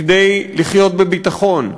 מכדי לחיות בביטחון,